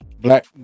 Black